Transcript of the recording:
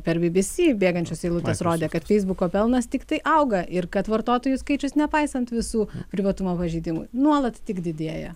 per bbc bėgančios eilutės rodė kad feisbuko pelnas tiktai auga ir kad vartotojų skaičius nepaisant visų privatumo pažeidimų nuolat tik didėja